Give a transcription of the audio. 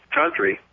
country